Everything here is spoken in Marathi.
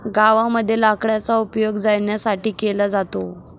गावामध्ये लाकडाचा उपयोग जळणासाठी केला जातो